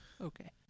Okay